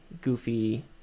goofy